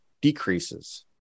decreases